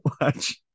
watch